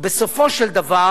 ובסופו של דבר